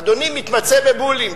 אדוני מתמצא בבולים,